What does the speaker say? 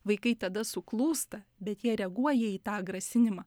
vaikai tada suklūsta bet jie reaguoja į tą grasinimą